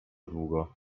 długo